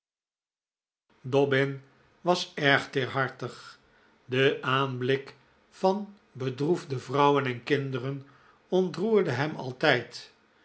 dobbin was erg teerhartig de aanblik van bedroefde vrouwen en kinderen ontroerde hem altijd